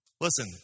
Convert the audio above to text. Listen